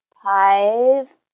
five